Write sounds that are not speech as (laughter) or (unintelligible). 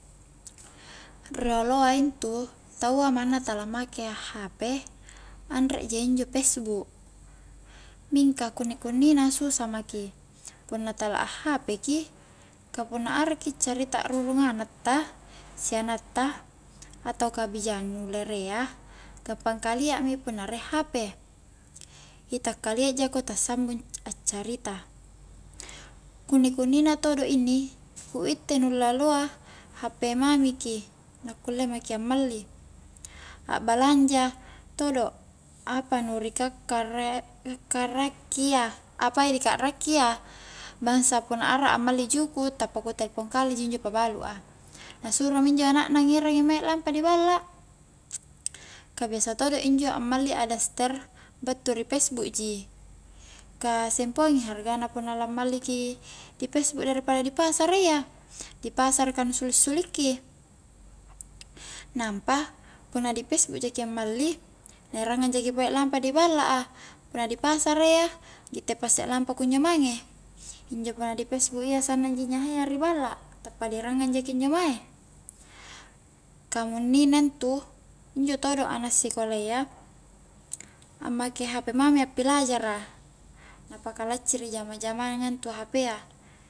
Rioloa intu taua manna tala make hp anre ja injo pesbuk, mingaka kunni-kunni na susah maki punna tala a hp ki ka punna arakki carita a'rurung anak ta, sianak ta, atau bijang nu lere a, gampang kalia mi punna rie hp, itak kalia jako ta sambung a'carita, kunni-kunni na todo inni ku itte nu lalloa hp mami ki na kulle maki ammali, a'balanja todo apa nu ri kakkara-kakkarakia (unintelligible) apai ri ka'rakkia bangsa punna ara'a malli juku' tappa ku telpong kale ji injo pabalu a na suro mi injo anak na ngerangi mae lampa di balla ka biasa todo injo ammalli a daster battu ri pesbuk ji, ka sempoang i hargana punna la malli ki di pesbuk dari pada di pasarayya, di pasara ka nu suli-sulikki nampa, punna di pesbuk jaki a malli na erangngang jaki pole lampa di balla a, punna di pasara iyya gitte pa isse lampa kunjo mange injo punna di pesbuk iya sannang ji nyahayya ri balla, tappa di erangang jaki injo mae kamunnina intu, injo todo anak sikola iya ammake hp mami appilajara na paka lacciri jaman-jamanga intu hp a